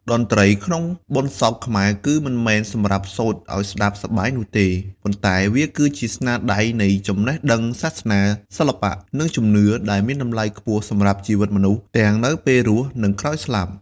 តន្ត្រីក្នុងបុណ្យសពខ្មែរ គឺមិនមែនសម្រាប់សូត្រឲ្យស្ដាប់សប្បាយនោះទេ ប៉ុន្តែវាគឺជាស្នាដៃនៃចំណេះដឹងសាសនា សិល្បៈ និងជំនឿ ដែលមានតម្លៃខ្ពស់សម្រាប់ជីវិតមនុស្ស ទាំងនៅពេលរស់ និងក្រោយស្លាប់។